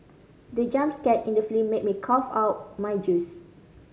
the jump scare in the film made me cough out my juice